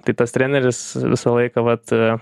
tai tas treneris visą laiką vat